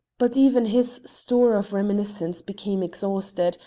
but even his store of reminiscence became exhausted,